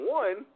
one